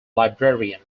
librarian